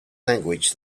language